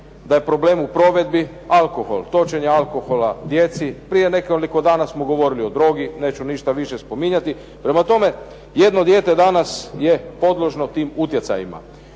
da je problem u provedbi alkohol, točenje alkohola djeci. Prije nekoliko dana smo govorili o drogi, neću ništa više spominjati. Prema tome, jedno dijete danas je podložno tim utjecajima.